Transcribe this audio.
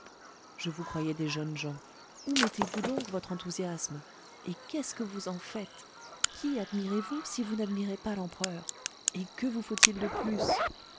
je vous croyais des jeunes gens où mettez-vous donc votre enthousiasme et qu'est-ce que vous en faites qui admirez vous si vous n'admirez pas l'empereur et que vous faut-il de plus